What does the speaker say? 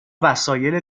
وسایل